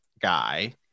guy